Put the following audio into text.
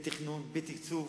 בתכנון, בתקצוב,